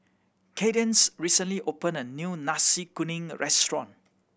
Kaydence recently opened a new Nasi Kuning restaurant